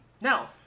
No